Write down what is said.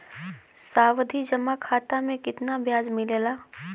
सावधि जमा खाता मे कितना ब्याज मिले ला?